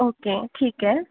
okay ठीक आहे